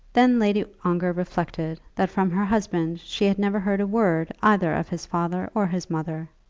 then lady ongar reflected that from her husband she had never heard a word either of his father or his mother.